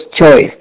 choice